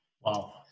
wow